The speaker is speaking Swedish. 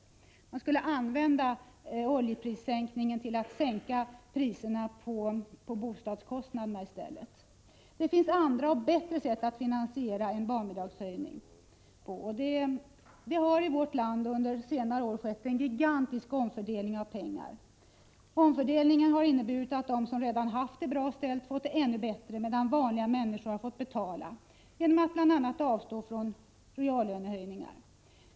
Man borde i stället använda de pengar man får in genom en oljeprisökning till att sänka boendekostnaderna. Det finns andra och bättre sätt att finansiera en barnbidragshöjning. Det har under senare år skett en gigantisk omfördelning av pengar i vårt land. Omfördelningen har inneburit att de som redan tidigare haft det bra ställt har fått det ännu bättre, medan människor i vanliga inkomstlägen har fått betala för detta genom att bl.a. avstå från reallönehöjningar.